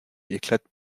éclatent